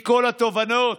מכל התובנות.